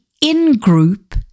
in-group